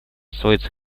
сводится